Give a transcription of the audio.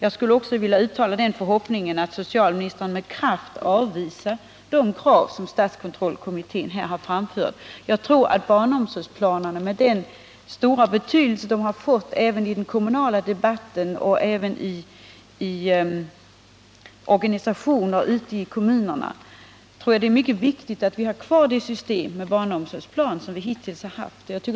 Jag skulle vilja uttala den förhoppningen att socialministern med kraft avvisar de krav statskontrollkommittén här framfört. Med den stora betydelse barnomsorgsplanerna har fått även i den kommunala debatten och i organisationer ute i kommunerna tror jag det är viktigt att vi har kvar det system med barnomsorgsplan vi hittills haft.